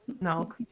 no